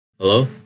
hello